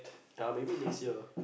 uh maybe next year